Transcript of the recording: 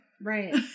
Right